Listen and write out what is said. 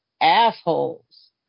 assholes